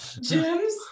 Gems